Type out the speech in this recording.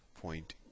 Point